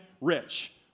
rich